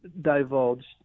divulged